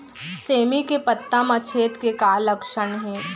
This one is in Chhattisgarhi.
सेमी के पत्ता म छेद के का लक्षण हे?